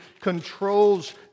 controls